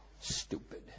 stupid